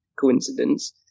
coincidence